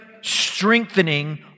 strengthening